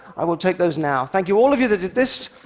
i will take those now. thank you all of you that did this.